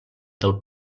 del